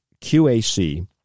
qac